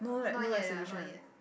no yet lah not yet